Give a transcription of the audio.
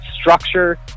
structure